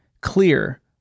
clear